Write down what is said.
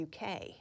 UK